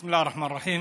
בסם אללה א-רחמאן א-רחים.